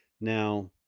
Now